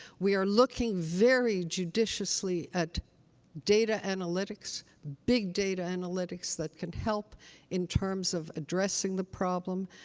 we are looking very judiciously at data analytics, big data analytics that can help in terms of addressing the problem.